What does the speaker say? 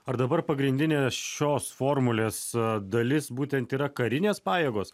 ar dabar pagrindinė šios formulės dalis būtent yra karinės pajėgos